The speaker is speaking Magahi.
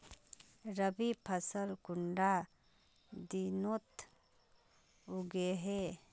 रवि फसल कुंडा दिनोत उगैहे?